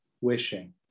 wishing